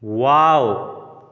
wow